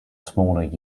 smaller